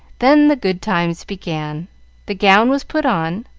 then the good times began the gown was put on,